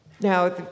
Now